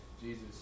Jesus